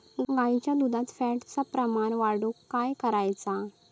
गाईच्या दुधात फॅटचा प्रमाण वाढवुक काय करायचा?